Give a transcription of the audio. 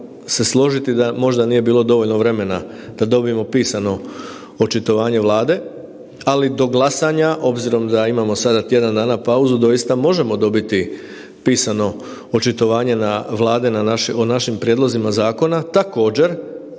da možda nije bilo dovoljno vremena da dobijemo pisano očitovanje Vlade, ali do glasanja obzirom da imamo sada tjedan dana pauzu doista možemo dobiti pisano očitovanje Vlade o našim prijedlozima zakona također